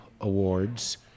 Awards